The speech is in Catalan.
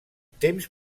temps